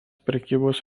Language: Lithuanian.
prekybos